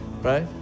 right